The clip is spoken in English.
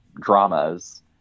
dramas